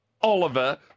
Oliver